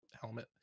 helmet